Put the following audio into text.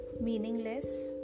meaningless